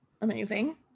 Amazing